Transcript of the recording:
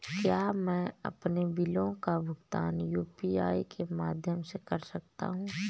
क्या मैं अपने बिलों का भुगतान यू.पी.आई के माध्यम से कर सकता हूँ?